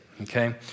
okay